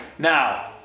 Now